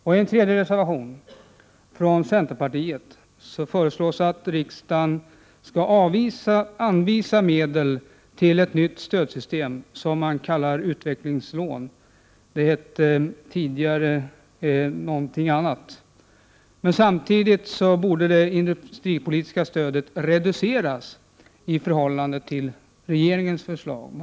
I en tredje reservation, från centerpartiet, föreslås att riksdagen skall anvisa medel till ett nytt stödsystem som man kallar utvecklingslån — det hette tidigare någonting annat. Men samtidigt borde det industripolitiska stödet reduceras i förhållande till regeringens förslag, anser centerreservanterna.